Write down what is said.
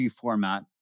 format